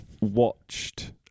watched